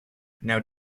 now